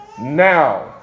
now